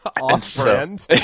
Off-brand